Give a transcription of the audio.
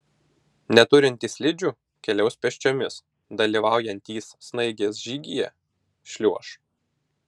neturintys slidžių keliaus pėsčiomis dalyvaujantys snaigės žygyje šliuoš